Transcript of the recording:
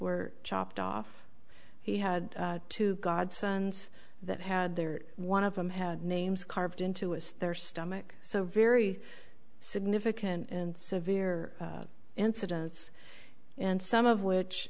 were chopped off he had to godsons that had there one of them had names carved into his their stomach so very significant and severe incidents and some of which